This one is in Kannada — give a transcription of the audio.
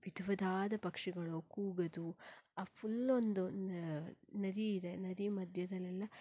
ವಿಧ್ ವಿಧದ ಪಕ್ಷಿಗಳು ಕೂಗೋದು ಆ ಫುಲ್ಲೊಂದು ನದಿ ಇದೆ ನದಿ ಮಧ್ಯದಲ್ಲೆಲ್ಲ